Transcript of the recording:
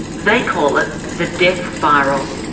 they call it the death spiral.